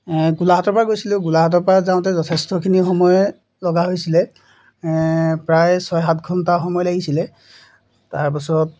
গোলাঘাটৰ পৰা গৈছিলোঁ গোলাঘাটৰ পৰা যাওঁতে যথেষ্টখিনি সময় লগা হৈছিলে প্ৰায় ছয় সাত ঘণ্টা সময় লাগিছিলে তাৰপাছত